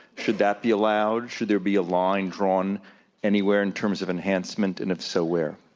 should that be allowed? should there be a line drawn anywhere in terms of enhancement, and, if so, where?